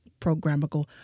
programmable